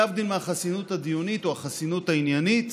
להבדיל מהחסינות הדיונית או מהחסינות העניינית